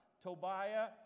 Tobiah